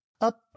up